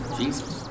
Jesus